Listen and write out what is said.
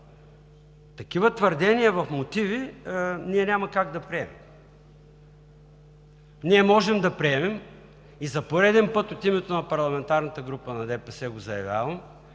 Такива твърдения в мотиви ние няма как да приемем. Можем да приемем, и за пореден път от името на парламентарната група на ДПС заявявам,